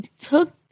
took